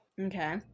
Okay